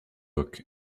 book